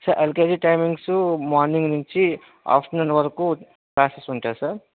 sir LKG timings morning నుంచి afternoon వరకు classes ఉంటాయి సార్